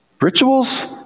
Rituals